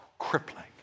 crippling